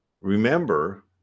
remember